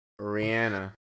Rihanna